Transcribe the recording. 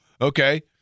Okay